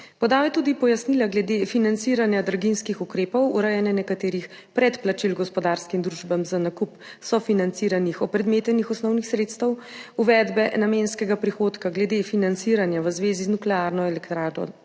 Podal je tudi pojasnila glede financiranja draginjskih ukrepov, urejanja nekaterih predplačil gospodarskim družbam za nakup sofinanciranih opredmetenih osnovnih sredstev, uvedbe namenskega prihodka glede financiranja v zvezi z Nuklearno elektrarno